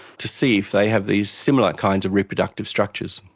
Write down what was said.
to see if they have these similar kinds of reproductive structures.